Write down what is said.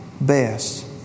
best